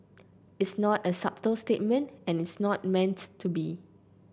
it's not a subtle statement and it's not meant to be